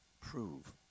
prove